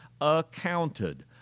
accounted